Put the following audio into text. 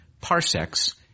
parsecs